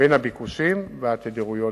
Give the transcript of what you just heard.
בין הביקושים והתדירות.